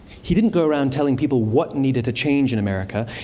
he didn't go around telling people what needed to change in america.